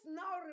now